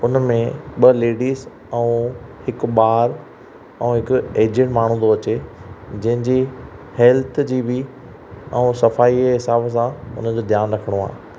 हुन में ॿ लेडीज़ ऐं हिकु ॿारु ऐं हिकु एजेड माण्हू थो अचे जंहिंजी हेल्थ जी बि ऐं सफ़ाईअ जे हिसाब सां हुनजो ध्यानु रखिणो आहे